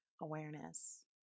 awareness